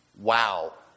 Wow